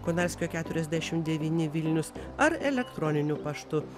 konarskio keturiasdešim devyni vilnius ar elektroniniu paštu